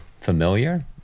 familiar